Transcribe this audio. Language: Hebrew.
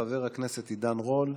חבר הכנסת עידן רול,